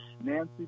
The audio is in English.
Nancy